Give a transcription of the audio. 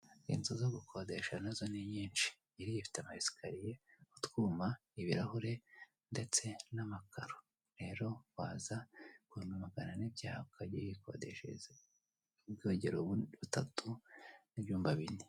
Inzu zo gukodesha nazo ni nyinshi iyi ifite ama esikariye, utwuma, ibirahure, ndetse n'amakaro. Rero waza ku bihumbi magana ane byawe ukajya uyikodeshereza. Ubwogero butatu, ibyumba bine.